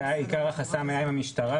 עיקר החסם היה באמת עם המשטרה,